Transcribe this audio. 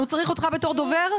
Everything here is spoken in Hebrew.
הוא צריך אותך בתור דובר?